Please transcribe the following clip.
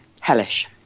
hellish